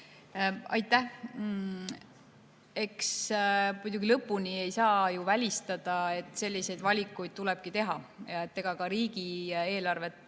Aitäh! Eks muidugi lõpuni ei saa välistada, et selliseid valikuid tulebki teha. Ka riigieelarvet